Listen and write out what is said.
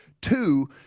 Two